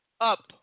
up